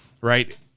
right